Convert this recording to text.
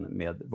med